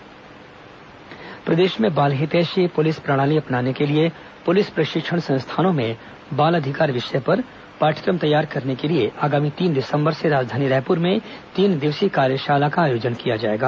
बाल अधिकार कार्यशाला प्रदेश में बाल हितैषी पुलिस प्रणाली अपनाने के लिए पुलिस प्रशिक्षण संस्थानों में बाल अधिकार विषय पर पाठ्यक्रम तैयार करने के लिए आगामी तीन दिसंबर से राजधानी रायपुर में तीन दिवसीय कार्यशाला का आयोजन किया जाएगा